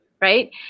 right